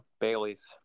Bailey's